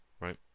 right